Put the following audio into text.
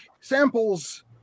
samples